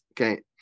okay